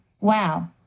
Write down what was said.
Wow